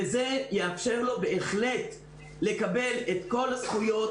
וזה יאפשר לו בהחלט לקבל את כל הזכויות